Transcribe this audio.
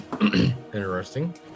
interesting